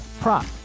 prop